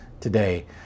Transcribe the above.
today